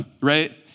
right